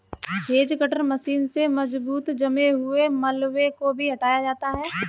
hedge cutter machine से मजबूत जमे हुए मलबे को भी हटाया जाता है